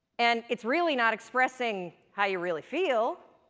and it's really not expressing how you really feel.